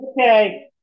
okay